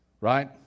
right